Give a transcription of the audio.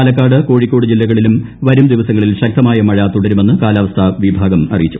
പാലക്കാട് കോഴിക്കോട് ജില്ലകളിലും വരും ദിവസങ്ങളിൽ ശക്തമായ മഴ തുടരുമെന്ന് കാലാവസ്ഥാ വിഭാഗം അറിയിച്ചു